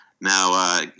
Now